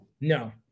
No